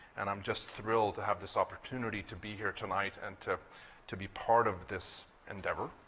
and i'm just thrilled to have this opportunity to be here tonight and to to be part of this endeavor.